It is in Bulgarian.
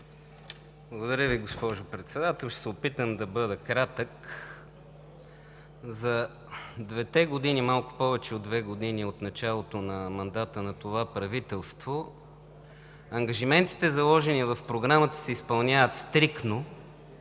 Благодаря Ви, госпожо Председател. Ще се опитам да бъда кратък. За двете години или малко повече от две години от началото на мандата на това правителство ангажиментите, заложени в Програмата, се изпълняват стриктно.